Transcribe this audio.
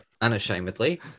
unashamedly